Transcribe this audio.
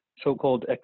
so-called